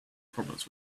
problems